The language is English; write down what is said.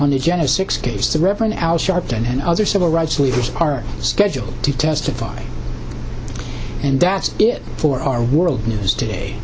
on the agenda six case the reverend al sharpton and other civil rights leaders are scheduled to testify and that's it for our world news today